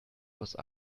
was